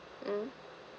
mm